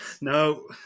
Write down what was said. No